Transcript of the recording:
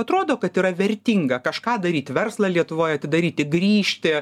atrodo kad yra vertinga kažką daryt verslą lietuvoje atidaryti grįžti